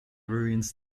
ruins